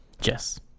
Jess